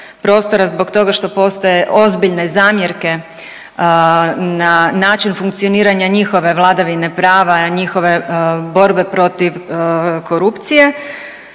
prostora zbog toga što postoje ozbiljne zamjerke na način funkcioniranja njihove vladavine prava, na njihove borbe protiv korupcije